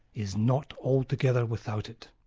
is not altogether without it.